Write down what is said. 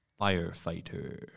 Firefighter